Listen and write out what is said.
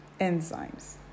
enzymes